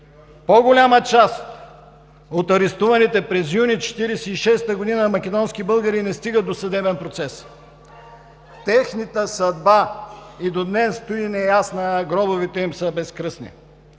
По-голяма част от арестуваните през юни 1946 г. македонски българи не стигат до съдебен процес. Тяхната съдба и до днес стои неясна, а гробовете им са безкръстни.